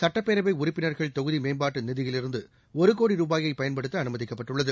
சட்டப்பேரவை உறுப்பினர்கள் தொகுதி மேம்பாட்டு நிதியிலிருந்து ஒரு கோடி ருபாயை பயன்படுத்த அனுமதிக்கப்பட்டுள்ளது